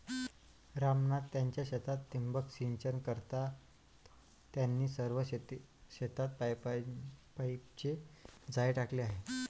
राम नाथ त्यांच्या शेतात ठिबक सिंचन करतात, त्यांनी सर्व शेतात पाईपचे जाळे टाकले आहे